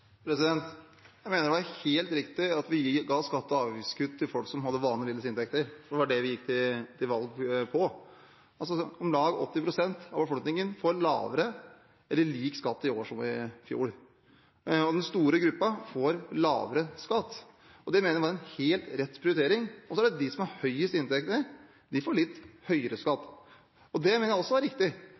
Jeg mener det var helt riktig at vi ga skatte- og avgiftskutt til folk som hadde vanlige og middels inntekter. Det var det vi gikk til valg på. Om lag 80 pst. av befolkningen får lavere eller lik skatt i år som i fjor. Den store gruppen får lavere skatt. Det mener jeg var en helt rett prioritering. De som har høyest inntekter, får litt høyere skatt. Det mener jeg også er riktig.